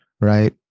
right